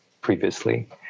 previously